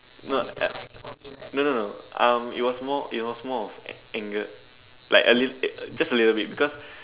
no no no no um it was more it was more of angered like a little just a little bit because